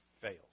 fails